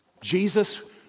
Jesus